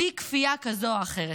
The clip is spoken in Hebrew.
בלי כפייה כזו או אחרת.